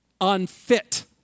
unfit